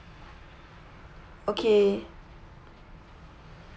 okay